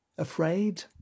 Afraid